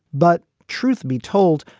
but truth be told.